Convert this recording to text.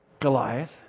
Goliath